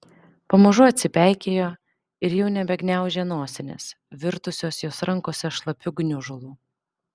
pamažu atsipeikėjo ir jau nebegniaužė nosinės virtusios jos rankose šlapiu gniužulu